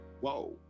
Whoa